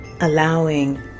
allowing